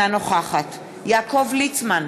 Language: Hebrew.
אינה נוכחת יעקב ליצמן,